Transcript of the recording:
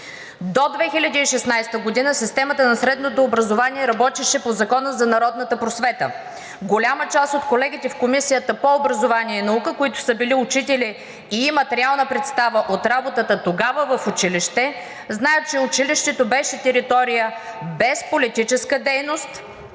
до 2016 г. системата на средното образование работеше по Закона за народната просвета, голяма част от колегите в Комисията по образование и наука, които са били учители и имат реална представа от работата тогава в училище, знаят, че училището беше територия без политическа дейност.